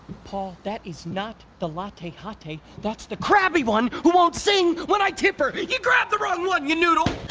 paul that is not the latte hottie. that's the crabby one who won't sing when i tip her! you grabbed the wrong one! you noodle!